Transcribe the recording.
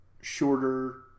shorter